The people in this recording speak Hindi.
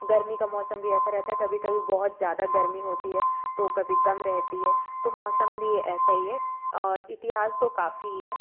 गर्मी का मौसम भी ऐसा रहता है कभी कभी बहुत ज़्यादा गर्मी होती है तो कभी कम रहती है तो मौसम भी ऐसा ही है और इतिहास तो काफ़ी ही है